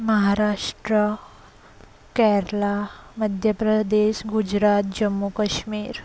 Maharashtra Kerala Madhya Pradesh Gujarat Jammu Kashmir